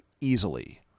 easily